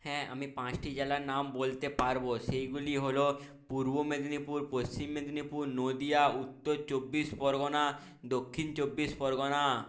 হ্যাঁ আমি পাঁচটি জেলার নাম বলতে পারবো সেইগুলি হলো পূর্ব মেদিনীপুর পশ্চিম মেদিনীপুর নদীয়া উত্তর চব্বিশ পরগনা দক্ষিণ চব্বিশ পরগনা